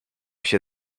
się